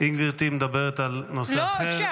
אם גברתי מדברת על נושא אחר -- לא, אפשר.